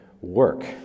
work